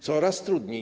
Coraz trudniej.